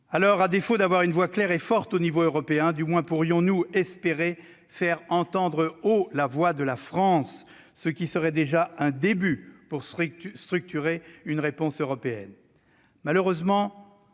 Alors, à défaut d'avoir une voix claire et forte à l'échelon européen, du moins pourrions-nous espérer faire entendre haut la voix de la France, ce qui serait déjà un début pour structurer une réponse européenne. Malheureusement-